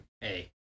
Hey